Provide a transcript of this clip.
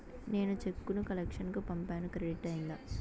నేను చెక్కు ను కలెక్షన్ కు పంపాను క్రెడిట్ అయ్యిందా